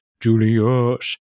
Julius